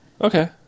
Okay